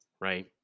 right